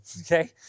okay